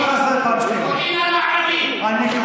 מה זה "לא יהודים" אני מבקש לא להפריע.